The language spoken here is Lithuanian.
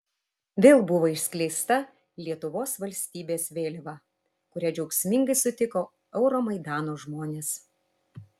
vėl buvo išskleista lietuvos valstybės vėliava kurią džiaugsmingai sutiko euromaidano žmonės